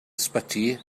ysbyty